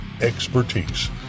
expertise